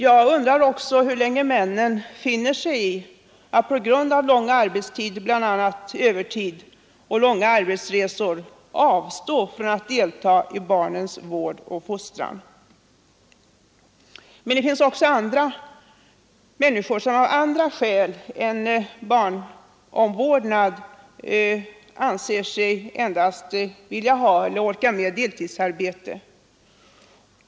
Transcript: Jag undrar också hur länge männen skall finna sig i att de på grund av lång arbetstid, bl.a. övertidsarbete och långa resor, måste avstå från att delta i barnens vård och fostran. Men det finns människor, vilka av andra skäl än vårdnad om barnen inte anser sig orka med mer än deltidsarbete.